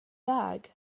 fag